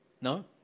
No